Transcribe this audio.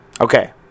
Okay